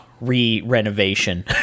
re-renovation